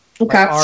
Okay